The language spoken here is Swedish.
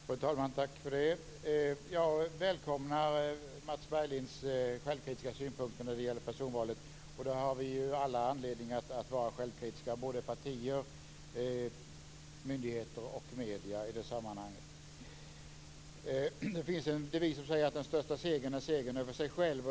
Fru talman! Jag välkomnar Mats Berglinds självkritiska synpunkter när det gäller personvalet. Vi har alla anledning att vara självkritiska i det sammanhanget, såväl partier, myndigheter som medier. Det finns en devis som säger att den största segern är segern över sig själv.